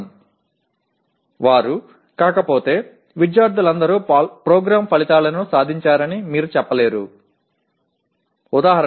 அவ்வாறு இல்லையென்றால் அனைத்து மாணவர்களும் நிரல் விளைவுகளை அடைந்துவிட்டார்கள் என்று வெளிப்படையாக கூற முடியாது